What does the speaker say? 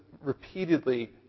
repeatedly